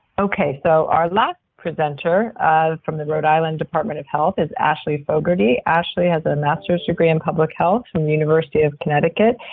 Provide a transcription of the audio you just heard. okay, so our last presenter from the rhode island department of health is ashley fogarty. ashley has a master's degree in public health from the university of connecticut.